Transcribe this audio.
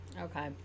Okay